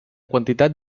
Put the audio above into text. quantitat